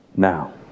Now